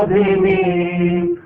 a